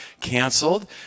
canceled